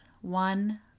One